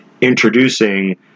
introducing